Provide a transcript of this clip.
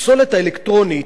הפסולת האלקטרונית,